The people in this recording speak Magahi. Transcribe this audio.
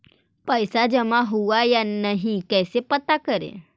पैसा जमा हुआ या नही कैसे पता करे?